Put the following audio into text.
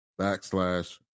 backslash